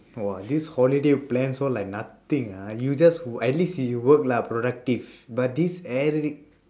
oh this holiday plans all like nothing ah you just wo~ at least you work lah productive but this eric